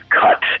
cut